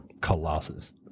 Colossus